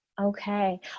okay